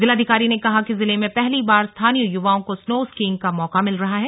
जिलाधिकारी ने कहा कि जिले में पहली बार स्थानीय युवाओं को स्नो स्कीइंग का मौका मिल रहा है